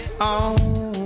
on